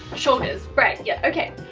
shoulders, right yeah okay,